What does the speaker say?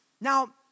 Now